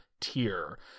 tier